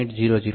895 1